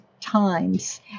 times